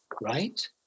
right